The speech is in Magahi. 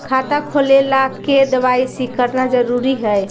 खाता खोले ला के दवाई सी करना जरूरी है?